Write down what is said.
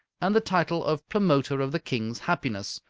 and the title of promoter of the king's happiness,